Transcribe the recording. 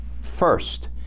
First